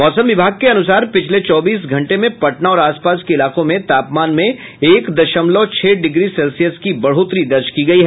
मौसम विभाग के अनुसार पिछले चौबीस घंटे में पटना और आसपास के इलाकों में तापमान में एक दशमलव छह डिग्री सेल्सियस की बढ़ोतरी दर्ज की गयी